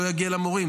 לא יגיע למורים,